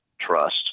trust